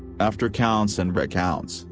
after counts and recounts,